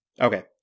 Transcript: Okay